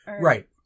right